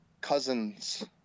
cousins